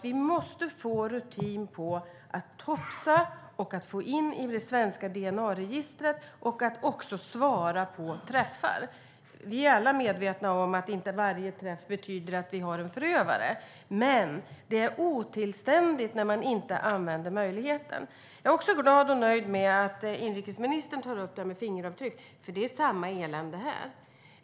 Vi måste få rutin på att topsa och att få in det i det svenska DNA-registret och också svara på träffar. Vi är alla medvetna om att inte varje träff betyder att vi har en förövare. Men det är otillständigt när man inte använder möjligheten. Jag är också glad och nöjd med att inrikesministern tar upp detta med fingeravtryck. Det är samma elände här.